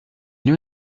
nous